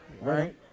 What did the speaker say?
Right